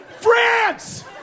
France